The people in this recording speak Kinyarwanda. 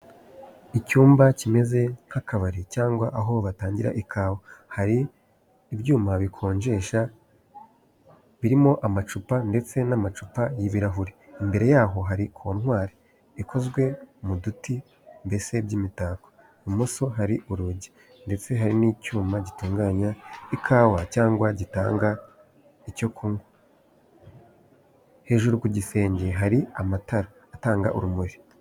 Icyumba kimeze nk'akabari cyangwa aho batangira ikawa, hari ibyuma bikonjesha birimo amacupa ndetse n'amacupa y'ibirahuri. Imbere yaho hari kontwari ikoze mu duti, mbese by'imitako. Ibumoso hari urugi ndetse hari n'icyuma gitunganya ikawa cyangwa gitanga icyo kunywa. Hejuru ku gisenge hari amatara atanga urumuri.